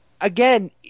again